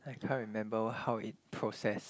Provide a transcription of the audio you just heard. I can't remember what how it process